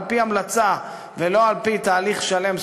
על-פי המלצה ולא על-פי תהליך שלם,